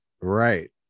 Right